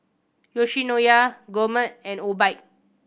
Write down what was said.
Yoshinoya Gourmet and Obike